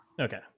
Okay